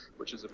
which is a.